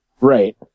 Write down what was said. right